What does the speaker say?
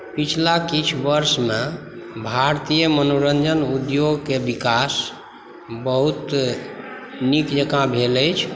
पिछला किछु वर्षमे भारतीय मनोरञ्जन उद्योगके विकास बहुत नीक जकाँ भेल अछि